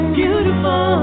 beautiful